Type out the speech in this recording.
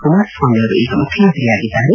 ಕುಮಾರಸ್ವಾಮಿಯವರು ಈಗ ಮುಖ್ಯಮಂತ್ರಿಯಾಗಿದ್ದಾರೆ